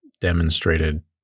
demonstrated